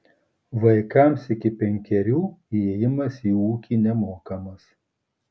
vaikams iki penkerių įėjimas į ūkį nemokamas